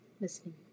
listening